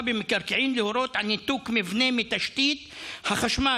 במקרקעין להורות על ניתוק מבנה מתשתית החשמל,